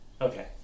Okay